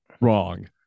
wrong